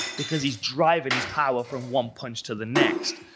because he's driving his power from one punch to the next.